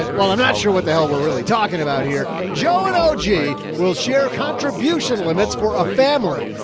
but while i'm not sure what the hell we're really talking about here, joe and o g we'll share contribution limits for a family.